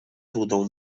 złudą